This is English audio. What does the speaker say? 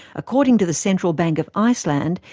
according to the central bank of iceland,